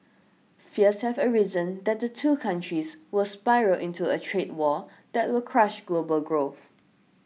fears have arisen that the two countries will spiral into a trade war that will crush global growth